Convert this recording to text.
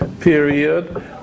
period